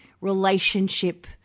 relationship